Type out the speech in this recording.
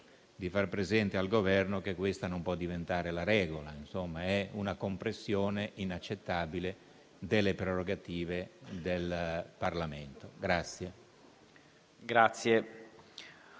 di far presente al Governo che questa non può diventare la regola, perché è una compressione inaccettabile delle prerogative del Parlamento.